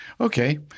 okay